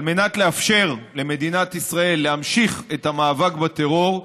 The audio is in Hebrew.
על מנת לאפשר למדינת ישראל להמשיך את המאבק בטרור,